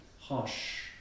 hush